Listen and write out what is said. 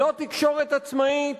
לא תקשורת עצמאית,